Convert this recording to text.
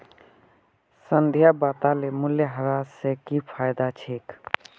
संध्या बताले मूल्यह्रास स की फायदा छेक